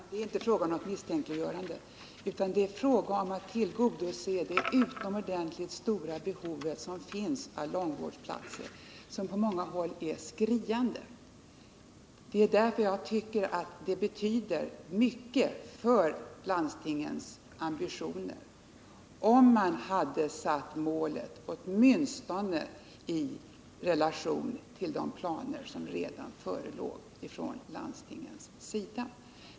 Herr talman! Det är inte fråga om något misstänkliggörande utan om att tillgodose det utomordentligt stora, på många håll skriande, behov som finns av långvårdsplatser. Det hade betytt mycket för landstingens ambitioner om man hade satt målet i relation till de planer som redan förelåg från landstingens sida.